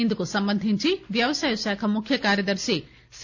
ఇందుకు సంబంధించి వ్యవసాయశాఖ ముఖ్య కార్యదర్శి సి